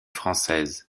française